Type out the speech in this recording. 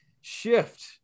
shift